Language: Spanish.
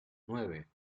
nueve